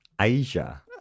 Asia